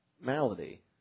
malady